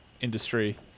industry